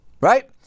Right